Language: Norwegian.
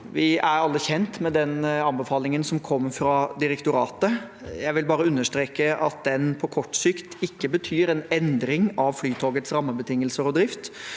Vi er alle kjent med den anbefalingen som kom fra direktoratet. Jeg vil bare understreke at den på kort sikt ikke betyr en endring av Flytogets rammebetingelser og drift.